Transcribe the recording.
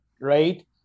Right